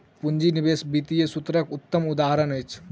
पूंजी निवेश वित्तीय सूत्रक उत्तम उदहारण अछि